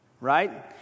right